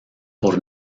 por